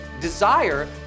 desire